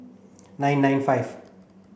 nine nine five